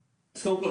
אז קודם כל,